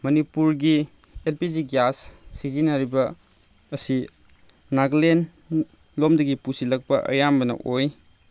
ꯃꯅꯤꯄꯨꯔꯒꯤ L P G gas ꯁꯤꯖꯤꯟꯅꯔꯤꯕ ꯑꯁꯤ ꯅꯥꯒꯥꯂꯦꯟ ꯂꯣꯝꯗꯒꯤ ꯄꯨꯁꯤꯜꯂꯛꯄ ꯑꯌꯥꯝꯕꯅ ꯑꯣꯏ